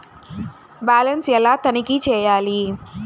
Balance ఎలా తనిఖీ చేయాలి?